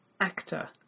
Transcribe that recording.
actor